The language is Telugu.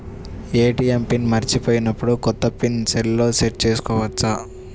ఏ.టీ.ఎం పిన్ మరచిపోయినప్పుడు, కొత్త పిన్ సెల్లో సెట్ చేసుకోవచ్చా?